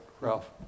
Ralph